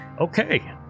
Okay